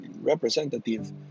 representative